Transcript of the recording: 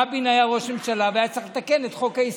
רבין היה ראש ממשלה, והיה צריך לתקן את חוק-היסוד.